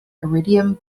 iridium